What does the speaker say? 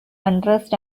unrest